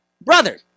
brother